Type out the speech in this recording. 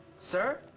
Sir